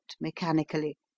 mechanically